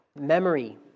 memory